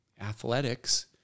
athletics